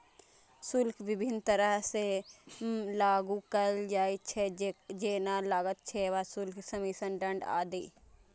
शुल्क विभिन्न तरह सं लागू कैल जाइ छै, जेना लागत, सेवा शुल्क, कमीशन, दंड आदि